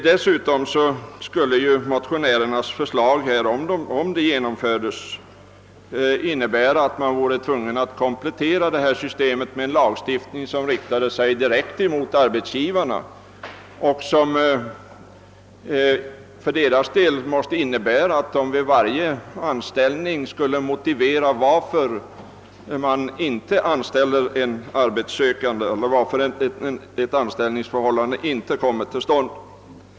Dessutom skulle motionärernas förslag, om det genomfördes, innebära att man vore tvungen att komplettera detta system med en lagstiftning som riktade sig di rekt mot arbetsgivarna och som för deras del skulle innebära att de för varje arbetssökande skulle behöva motivera varför en anställning inte kommer till stånd.